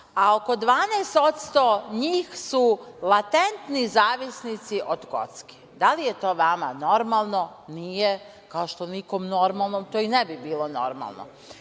oko 12% njih su latentni zavisnici od kocki. Da li je to vama normalno? Nije, kao što nikom normalnom to i ne bi bilo normalno. Kako